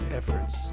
efforts